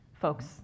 folks